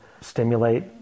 stimulate